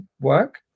work